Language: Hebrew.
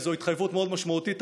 וזו התחייבות מאוד משמעותית.